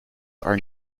are